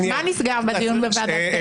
מה נסגר בדיון בוועדת הכנסת?